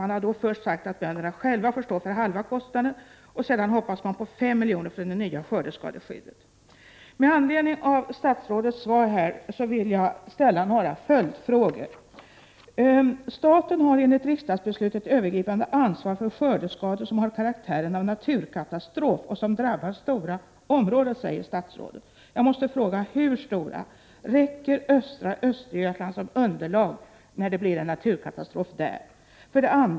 Man har då först sagt att bönderna själva får stå för halva kostnaden, och sedan hoppas man på 5 miljoner från det nya skördeskadeskyddet. 63 1. ”Staten har enligt riksdagsbeslutet ett övergripande ansvar för skördeskador som har karaktären av naturkatastrof och som drabbar stora områden”, säger statsrådet. Hur stora områden? Räcker östra Östergötland som underlag när det blir en naturkatastrof där? 2.